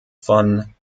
von